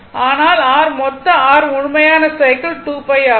ஆனால் r மொத்த r முழுமையான சைக்கிள் 2 π ஆகும்